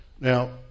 Now